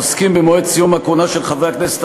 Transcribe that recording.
העוסקים במועד סיום הכהונה של חברי הכנסת,